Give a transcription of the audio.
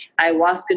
ayahuasca